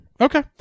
Okay